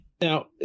Now